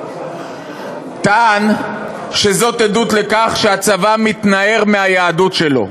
טען שזו עדות לכך שהצבא מתנער מהיהדות שלו,